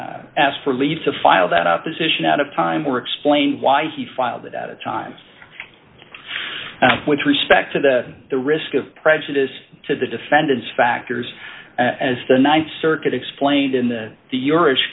asked for leave to file that opposition out of time or explain why he filed that at times with respect to the the risk of prejudice to the defendant's factors as the th circuit explained in the the ur